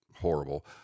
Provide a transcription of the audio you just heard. horrible